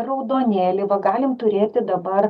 raudonėlį galim turėti dabar